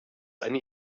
eine